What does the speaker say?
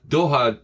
Doha